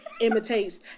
imitates